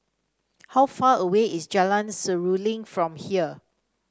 how far away is Jalan Seruling from here